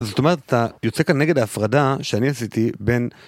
זאת אומרת אתה יוצא כאן נגד ההפרדה שאני עשיתי בין